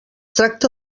tracta